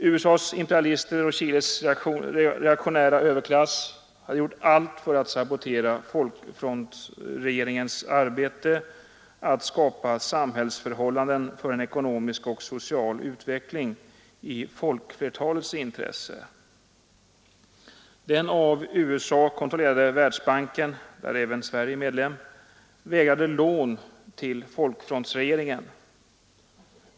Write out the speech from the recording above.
USA:s imperialister och Chiles reaktionära överklass hade gjort allt för att sabotera folkfrontsregeringens arbete att skapa samhällsförhållanden för en ekonomisk och social utveckling i folkflertalets intresse. Den av USA kontrollerade Världsbanken, där även Sverige är medlem, vägrade lån till folkfrontsregeringen.